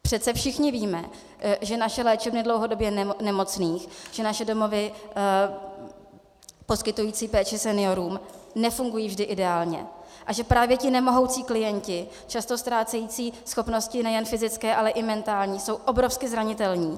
Přece všichni víme, že naše léčebny dlouhodobě nemocných, naše domovy poskytující péči seniorům nefungují vždy ideálně a že právě ti nemohoucí klienti, často ztrácející schopnosti nejen fyzické, ale i mentální, jsou obrovsky zranitelní.